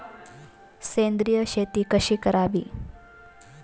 सेंद्रिय शेती कशी करावी?